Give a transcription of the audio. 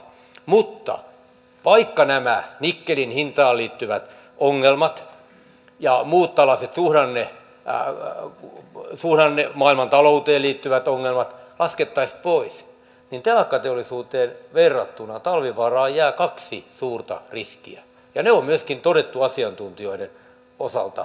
mutta vaikka nämä nikkelin hintaan liittyvät ongelmat ja muut tällaiset suhdanteeseen ja maailmantalouteen liittyvät ongelmat laskettaisiin pois niin telakkateollisuuteen verrattuna talvivaaraan jää kaksi suurta riskiä ja ne on myöskin todettu asiantuntijoiden taholta